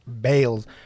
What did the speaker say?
bales